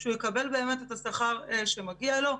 שהוא יקבל באמת את השכר שמגיע לו.